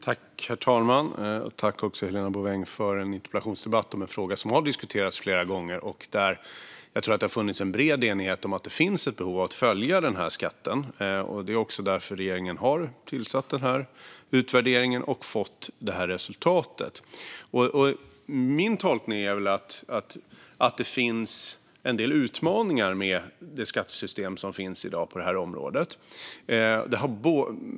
Herr talman! Jag tackar Helena Bouveng för en interpellationsdebatt i en fråga som har diskuterats flera gånger. Jag tror att det finns en bred enighet om behovet av att följa denna skatt, och därför har regeringen initierat en utvärdering och fått detta resultat. Min tolkning är att det finns en del utmaningar med skattesystemet på detta område.